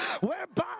whereby